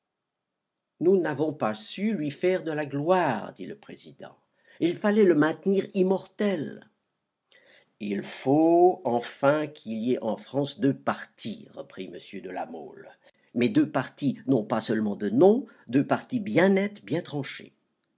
nous n'avons pas su lui faire de la gloire dit le président il fallait le maintenir immortel il faut enfin qu'il y ait en france deux partis reprit m de la mole mais deux partis non pas seulement de nom deux partis bien nets bien tranchés